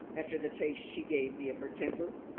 after the taste she gave me of her temper?